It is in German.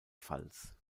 pfalz